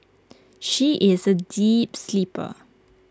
she is A deep sleeper